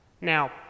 Now